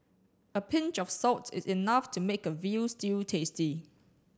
a pinch of salt is enough to make a veal stew tasty